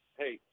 hey